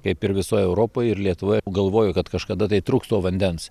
kaip ir visoj europoj ir lietuvoj galvoju kad kažkada tai truks to vandens